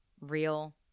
real